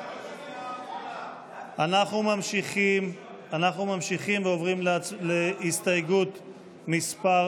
אנחנו ממשיכים ועוברים להסתייגות מס'